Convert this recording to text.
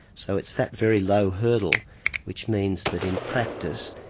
so it's that very low hurdle which means that in practice,